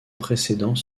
précédents